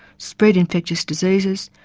spread infectious diseases,